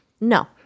No